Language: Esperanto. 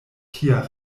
kia